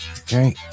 okay